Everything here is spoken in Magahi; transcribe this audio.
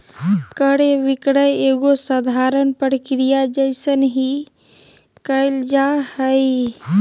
क्रय विक्रय एगो साधारण प्रक्रिया जइसन ही क़इल जा हइ